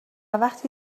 وقتی